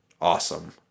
Awesome